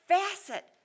facet